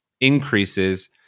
increases